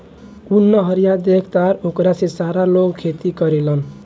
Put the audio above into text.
उ नहरिया देखऽ तारऽ ओकरे से सारा लोग खेती करेलेन